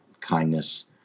kindness